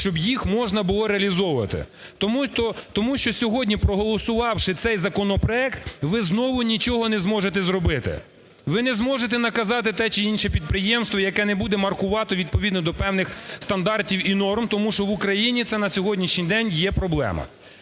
щоб їх можна було реалізовувати. Тому що сьогодні, проголосувавши цей законопроект, ви знову нічого не зможете зробити. Ви не зможете наказати те чи інше підприємство, яке не буде маркувати відповідно до певних стандартів і норм, тому що в Україні це на сьогоднішній день є проблема.